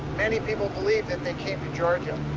many people believe that they came to georgia.